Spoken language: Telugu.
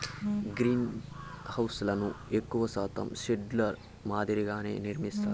గ్రీన్హౌస్లను ఎక్కువ శాతం షెడ్ ల మాదిరిగానే నిర్మిత్తారు